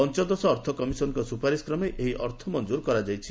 ପଞ୍ଚଦଶ ଅର୍ଥ କମିଶନଙ୍କ ସୁପାରିସ କ୍ରମେ ଏହି ଅର୍ଥ ମଞ୍ଜୁର କରାଯାଇଛି